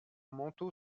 manteau